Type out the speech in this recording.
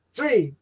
Three